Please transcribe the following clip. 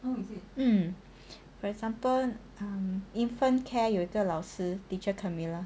mm for example um infant care 有一个老师 teacher camila